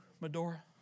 Medora